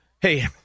Hey